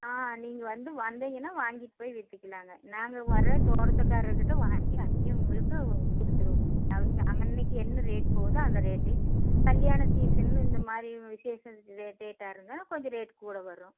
ஆ நீங்கள் வந்து வந்திங்கனால் வாங்கிட்டு போய் விற்றுக்குலாங்க நாங்கள் வர தோட்டக்காரர்கிட்ட வாங்கி அப்பேயே உங்களுக்கு கொடுத்துருவோம் அவிங்க அன்னனிக்கு என்ன ரேட் போகுதோ அந்த ரேட்டே கல்யாண சீசன் இந்தமாதிரி விசேஷ டேட்டாக இருந்தால் கொஞ்சம் ரேட் கூட வரும்